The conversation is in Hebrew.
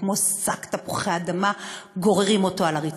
כמו שק תפוחי אדמה גוררים אותו על הרצפה.